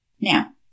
Now